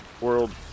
world